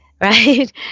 right